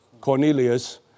Cornelius